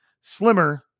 slimmer